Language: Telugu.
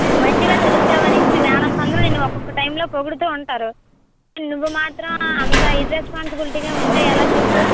నువ్వు మంచిగా చదువుతావు అనేసి మీ మేడమ్స్ అందరూ నిన్ను ఒక్కొక్క టైంలో పొగుడుతూ ఉంటారు కానీ నువ్వు మాత్రం అంత ఇర్రెస్పాన్సిబిలిటీగా ఉంటే ఎలా చెప్పు